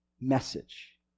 message